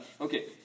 okay